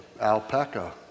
alpaca